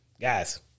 guys